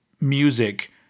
music